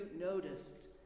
noticed